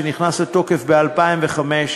שנכנס לתוקף ב-2005,